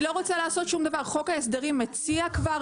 אני לא רוצה לעשות שום דבר, חוק ההסדרים מציע כבר